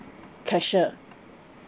cashier